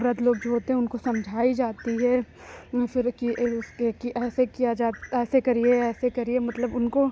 वृद्ध लोग जो होते हैं उनको समझाई जाती है फिर कि यह उसके कि ऐसे किया ऐसे करिए ऐसे करिए मतलब उनको